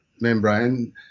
membrane